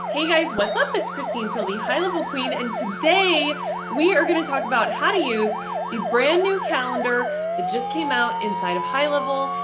hey, guys, what's up? it's christine seale, the highlevel queen, and today we are going to talk about how to use the brand new calendar that just came out inside of highlevel.